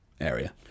area